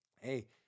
hey